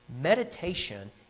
Meditation